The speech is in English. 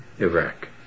Iraq